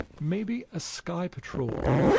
maybe a sky patrol,